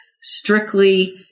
strictly